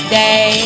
day